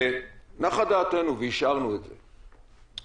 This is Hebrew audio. ונחה דעתנו והשארנו את זה.